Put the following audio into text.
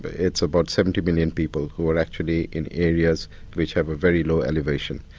but it's about seventy million people who are actually in areas which have a very low elevation.